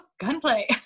gunplay